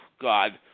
God